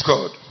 God